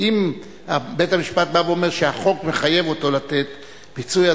אם בית-המשפט בא ואומר שהחוק מחייב אותו לתת פיצוי,